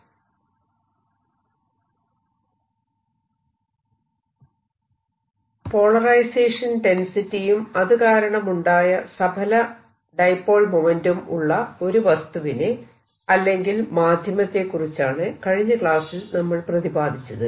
വൈദ്യുത ധ്രുവീകരണവും ബന്ധിത ചാർജുകളും II പോളറൈസേഷൻ ഡെൻസിറ്റിയും അതുകാരണം ഉണ്ടായ സഫല ഡൈപോൾ മൊമെന്റും ഉള്ള ഒരു വസ്തുവിനെ അല്ലെങ്കിൽ മാധ്യമത്തെ കുറിച്ചാണ് കഴിഞ്ഞ ക്ലാസ്സിൽ നമ്മൾ പ്രതിപാദിച്ചത്